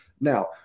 now